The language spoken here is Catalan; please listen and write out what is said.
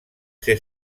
ser